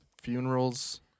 Funerals